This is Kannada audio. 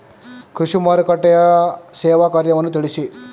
ಕೃಷಿ ಮಾರುಕಟ್ಟೆಯ ಸೇವಾ ಕಾರ್ಯವನ್ನು ತಿಳಿಸಿ?